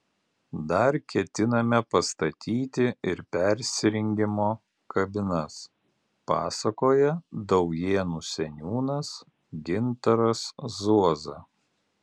dar ketiname pastatyti ir persirengimo kabinas pasakoja daujėnų seniūnas gintaras zuoza